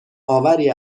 آوری